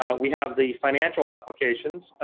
ah we have the financial applications.